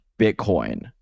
Bitcoin